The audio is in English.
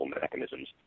mechanisms